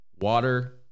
Water